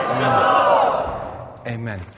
Amen